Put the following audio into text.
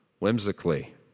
whimsically